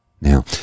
Now